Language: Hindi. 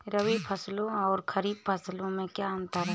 रबी फसलों और खरीफ फसलों में क्या अंतर है?